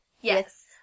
Yes